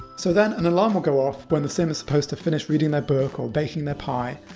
so then an alarm will go off when the sim is supposed to finish reading their book or baking their pie,